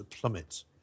plummet